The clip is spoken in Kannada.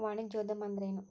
ವಾಣಿಜ್ಯೊದ್ಯಮಾ ಅಂದ್ರೇನು?